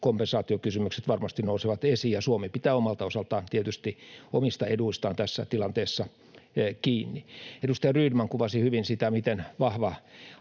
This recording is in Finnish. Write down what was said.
kompensaatiokysymykset varmasti nousevat esiin. Suomi pitää omalta osaltaan tietysti omista eduistaan tässä tilanteessa kiinni. Edustaja Rydman kuvasi hyvin, miten vahva